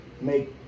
make